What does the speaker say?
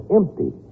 empty